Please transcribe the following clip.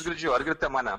girdžiu ar girdite mane